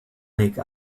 make